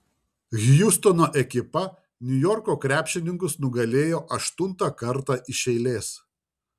hjustono ekipa niujorko krepšininkus nugalėjo aštuntą kartą iš eilės